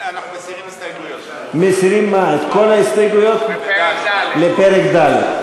אנחנו מסירים את כל ההסתייגויות לפרק ד'.